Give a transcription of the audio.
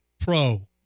pro